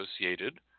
associated